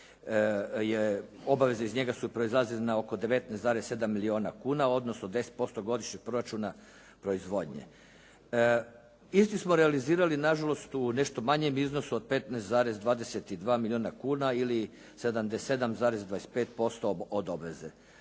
obaveze iz njega su proizlazile na oko 19,7 milijuna kuna, odnosno 10% godišnje proračuna proizvodnje. Isti smo realizirali na žalost u nešto manjem iznosu od 15,22 milijuna kuna ili 77,25% od obveze.